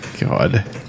God